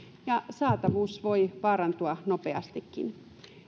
ja saatavuus voi vaarantua nopeastikin